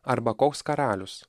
arba koks karalius